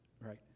right